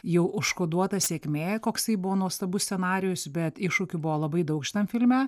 jau užkoduota sėkmė koksai buvo nuostabus scenarijus bet iššūkių buvo labai daug šitam filme